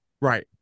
right